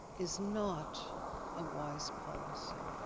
is not a wise policy.